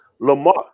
Lamar